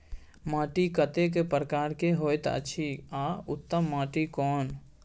माटी कतेक प्रकार के होयत अछि आ उत्तम माटी कोन?